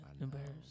embarrassed